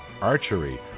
archery